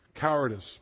cowardice